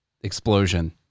explosion